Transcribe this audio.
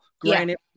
Granted